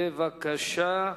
בבקשה,